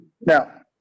Now